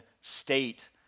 state